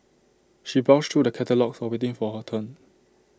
she browsed through the catalogues while waiting for her turn